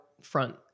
front